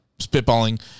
spitballing